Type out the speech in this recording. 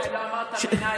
מיכאל, לא אמרת מנאייכ.